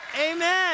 Amen